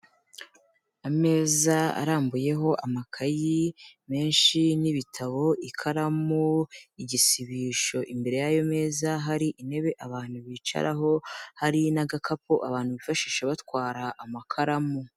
Ameza arambuyeho amakayi menshi n'ibitabo, ikaramu, igisibisho, imbere y'ayo meza hari intebe abantu bicaraho, hari n'agakapu abantu bifashisha batwara amakaramu.